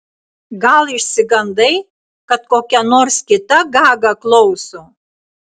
gal išsigandai kad kokia nors kita gaga klauso